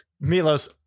Milos